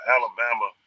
Alabama